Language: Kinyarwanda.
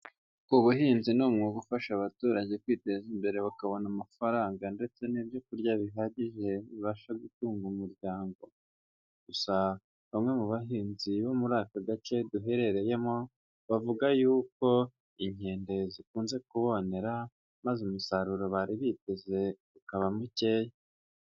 Ubuhinzi ni umwuga ufasha abaturage kwiteza imbere bakabona amafaranga ndetse n'ibyo kurya bihagije bibasha gutunga umuryango. Gusa bamwe mu bahinzi bo muri aka gace duherereyemo, bavuga yuko inkende zikunze kubonera maze umusaruro bari biteze ukaba mukeya.